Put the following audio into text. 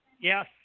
Yes